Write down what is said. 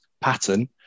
pattern